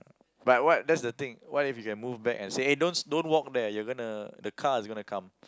but what that's the thing what if you can move back and say those don't walk there you're going to the car is going to come